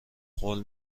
قول